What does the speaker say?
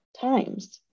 times